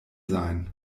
sein